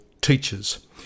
teachers